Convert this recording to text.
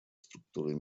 структуры